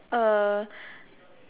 uh